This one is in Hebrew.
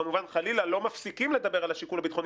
כמובן חלילה לא מפסיקים לדבר על השיקול הביטחוני,